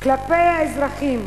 כלפי האזרחים